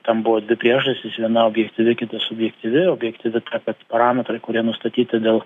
ten buvo dvi priežastys viena objektyvi kita subjektyvi objektyvi ta kad parametrai kurie nustatyti dėl